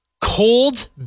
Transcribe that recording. Cold